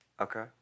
Okay